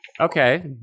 Okay